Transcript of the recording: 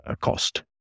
cost